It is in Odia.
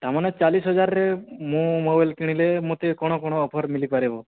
ତା' ମାନେ ଚାଲିଶ ହଜାରରେ ମୁଁ ମୋବାଇଲ୍ କିଣିଲେ ମତେ କ'ଣ କ'ଣ ଅଫର ମିଳିପାରିବ